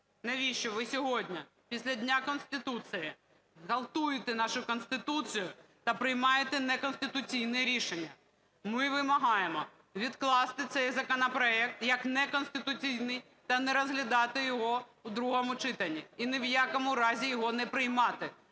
Навіщо ви сьогодні після Дня Конституції ґвалтуєте нашу Конституцію та приймаєте неконституційне рішення? Ми вимагаємо відкласти цей законопроект як неконституційний та не розглядати його у другому читанні і ні в якому разі й ого не приймати.